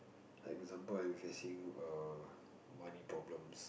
like example I'm facing money problems